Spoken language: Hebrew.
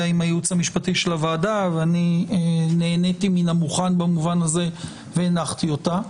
עם הייעוץ המשפטי של הוועדה ונהניתי מן המוכן במובן הזה והנחתי אותה.